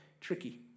tricky